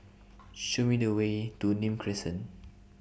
Show Me The Way to Nim Crescent